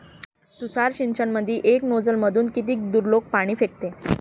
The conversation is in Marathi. तुषार सिंचनमंदी एका नोजल मधून किती दुरलोक पाणी फेकते?